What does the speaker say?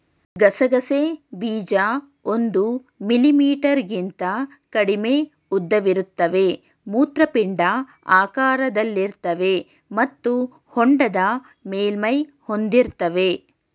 ಗಸಗಸೆ ಬೀಜ ಒಂದು ಮಿಲಿಮೀಟರ್ಗಿಂತ ಕಡಿಮೆ ಉದ್ದವಿರುತ್ತವೆ ಮೂತ್ರಪಿಂಡ ಆಕಾರದಲ್ಲಿರ್ತವೆ ಮತ್ತು ಹೊಂಡದ ಮೇಲ್ಮೈ ಹೊಂದಿರ್ತವೆ